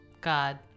God